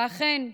ואכן,